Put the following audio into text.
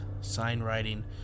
sign-writing